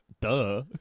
duh